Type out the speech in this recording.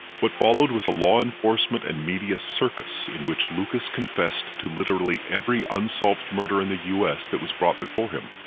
what followed was a law enforcement and media circus in which lucas confessed to literally every unsolved murder in the u s. that was brought before him,